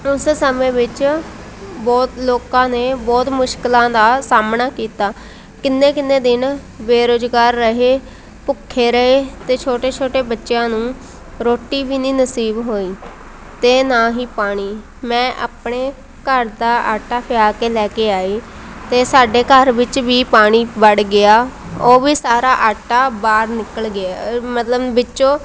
ਉਸ ਸਮੇਂ ਵਿੱਚ ਬਹੁਤ ਲੋਕਾਂ ਨੇ ਬਹੁਤ ਮੁਸ਼ਕਲਾਂ ਦਾ ਸਾਹਮਣਾ ਕੀਤਾ ਕਿੰਨੇ ਕਿੰਨੇ ਦਿਨ ਬੇਰੁਜ਼ਗਾਰ ਰਹੇ ਭੁੱਖੇ ਰਹੇ ਅਤੇ ਛੋਟੇ ਛੋਟੇ ਬੱਚਿਆਂ ਨੂੰ ਰੋਟੀ ਵੀ ਨਹੀਂ ਨਸੀਬ ਹੋਈ ਅਤੇ ਨਾ ਹੀ ਪਾਣੀ ਮੈਂ ਆਪਣੇ ਘਰ ਦਾ ਆਟਾ ਪਿਹਾ ਕੇ ਲੈ ਕੇ ਆਈ ਅਤੇ ਸਾਡੇ ਘਰ ਵਿੱਚ ਵੀ ਪਾਣੀ ਵੜ ਗਿਆ ਉਹ ਵੀ ਸਾਰਾ ਆਟਾ ਬਾਹਰ ਨਿਕਲ ਗਿਆ ਮਤਲਬ ਵਿੱਚੋਂ